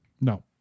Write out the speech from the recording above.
No